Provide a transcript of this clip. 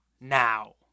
Now